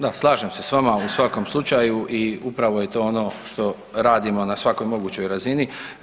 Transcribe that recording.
Da, slažem se s vama u svakom slučaju i upravo je to ono što radimo na svakoj mogućoj razini.